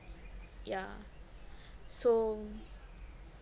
ya so